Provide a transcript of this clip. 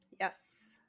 Yes